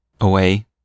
away